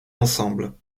ensemble